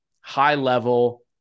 high-level